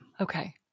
Okay